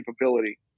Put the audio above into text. capability